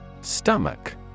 Stomach